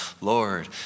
Lord